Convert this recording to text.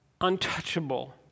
untouchable